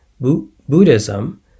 Buddhism